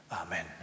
Amen